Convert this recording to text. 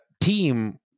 team